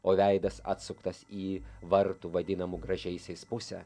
o veidas atsuktas į vartų vadinamų gražiaisiais pusę